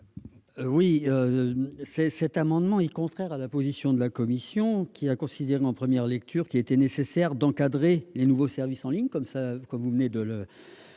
? Cet amendement est contraire à la position de la commission, qui a considéré en première lecture qu'il était nécessaire d'encadrer les nouveaux services en ligne d'aide au règlement